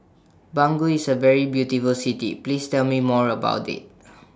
Bangui IS A very beautiful City Please Tell Me More about IT